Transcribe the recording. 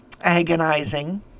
agonizing